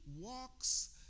walks